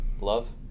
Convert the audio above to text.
love